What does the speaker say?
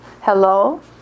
Hello